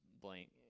blank